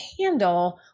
handle